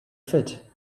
fit